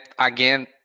again